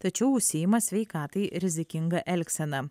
tačiau užsiima sveikatai rizikinga elgsena